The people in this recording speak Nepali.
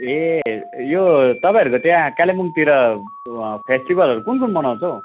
ए यो तपाईँहरूको त्यहाँ कालिम्पोङतिर फेस्टिबलहरू कुन कुन मनाउँछ हौ